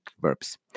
verbs